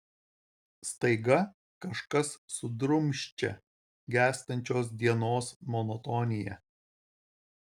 staiga kažkas sudrumsčia gęstančios dienos monotoniją